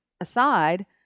aside